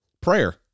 Prayer